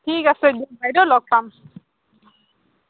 ঠিক আছে দিয়ক বাইদেউ লগ পাম